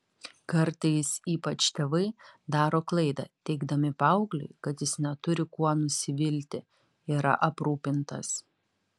kartais ypač tėvai daro klaidą teigdami paaugliui kad jis neturi kuo nusivilti yra aprūpintas